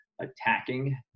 attacking